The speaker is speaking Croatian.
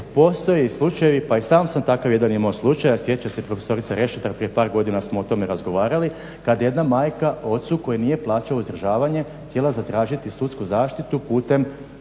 postoje slučajevi pa i sam sam jedan takav slučaj imao, a sjećamo se profesorica Rešetar prije par godina smo o tome razgovarali kada jedna majka ocu koji nije plaćao uzdržavanje htjela zatražiti sudsku zaštitu putem,